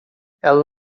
ela